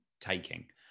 taking